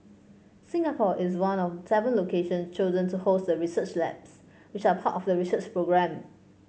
Singapore is one of seven locations chosen to host the research labs which are part of the research programme